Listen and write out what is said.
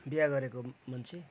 बिहा गरेको मान्छे